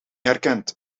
herkent